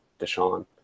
Deshaun